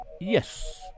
Yes